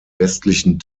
westlichen